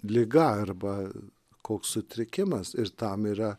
liga arba koks sutrikimas ir tam yra